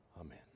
Amen